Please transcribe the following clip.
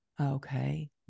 Okay